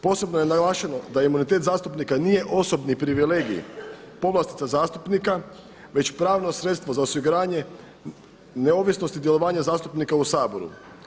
Posebno je naglašeno da imunitet zastupnika nije osobni privilegij, povlastica zastupnika već pravno sredstvo za osiguranje neovisnosti djelovanja zastupnika u Saboru.